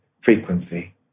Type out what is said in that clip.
frequency